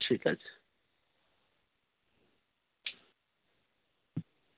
ঠিক আছে